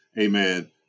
amen